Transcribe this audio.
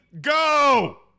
go